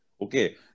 Okay